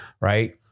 right